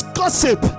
gossip